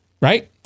right